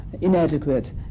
inadequate